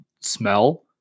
smell